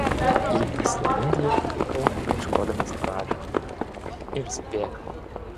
į islandiją atvykau ieškodamas pragaro ir spėk